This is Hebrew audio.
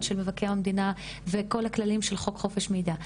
של מבקר המדינה וכל הכללים של חוק חופש המידע.